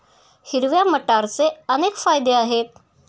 हिरव्या मटारचे अनेक फायदे आहेत